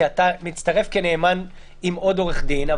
כי אתה מצטרף כנאמן עם עוד עורך דין,